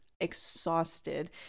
exhausted